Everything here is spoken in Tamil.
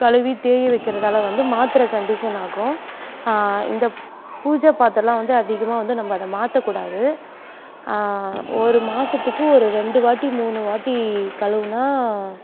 கழுவி தேய வைக்கிறதால் வந்து மாற்றற கண்டிஷன் ஆகும் இந்த பூஜை பாத்திரயெல்லாம் வந்து அதிகமாக வந்து நம்ம அதை மாற்ற கூடாது ஒரு மாதத்துக்கு ஒரு ரெண்டு வாட்டி மூணு வாட்டி கழுவினா